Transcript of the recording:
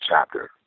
chapter